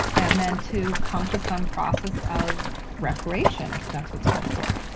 and then to come to some process of reparation if that's what is called for.